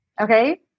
Okay